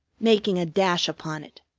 making a dash upon it.